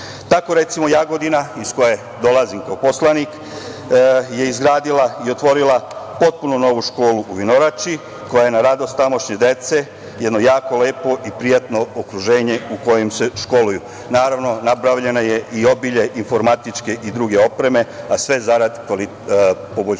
recimo, Jagodina iz koje dolazim kao poslanik je izgradila i otvorila potpuno novu školu u Vinorači, koja je na radost tamošnje dece, jedno jako lepo i prijatno okruženje u kojem se školuju. Naravno, nabavljeno je i obilje informatičke i druge opreme, a sve zarad poboljšanja